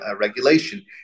regulation